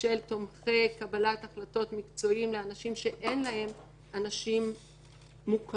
של תומכי קבלת החלטות מקצועיים מאנשים שאין להם אנשים מוכרים,